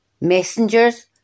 Messengers